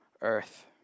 earth